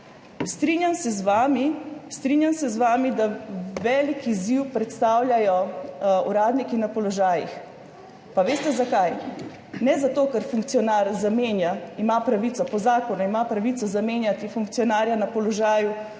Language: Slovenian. strinjam se z vami, da velik izziv predstavljajo uradniki na položajih – pa veste zakaj? Ne zato, ker funkcionar zamenja, ima po zakonu pravico zamenjati funkcionarja na položaju